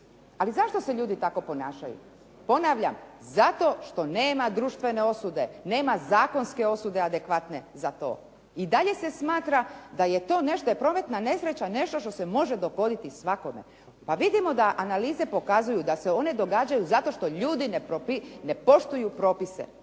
Ali zašto se ljudi tako ponašaju? Ponavljam, zato što nema društvene osude, nema zakonske osude adekvatne za to. I dalje se smatra da je to nešto, da je prometna nesreća nešto što se može dogoditi svakome. Pa vidimo da analize pokazuju da se one događaju zato što ljudi ne poštuju propise,